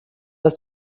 ist